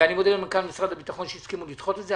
על שהסכמתם לדחות את זה.